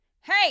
hey